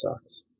socks